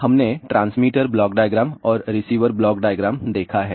तो हमने transmitter block diagram और रिसीवर ब्लॉक डायग्राम देखा है